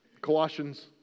Colossians